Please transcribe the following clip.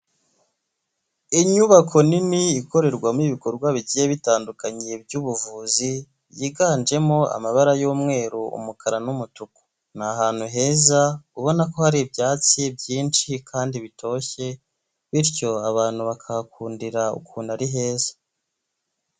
Inyubako nini ikorerwamo ibikorwa bigiye bitandukanye by'ubuvuzi yiganjemo amabara y'umweru, umukara, n'umutuku, ni ahantu heza ubona ko hari ibyatsi byinshi kandi bitoshye bityo abantu bakahakundira ukuntu ari heza.